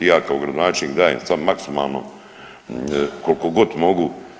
I ja kao gradonačelnik dajem sad maksimalno koliko god mogu.